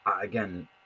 again